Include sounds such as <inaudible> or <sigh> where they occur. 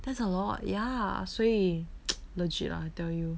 that's a lot ya 所以 <noise> legit ah I tell you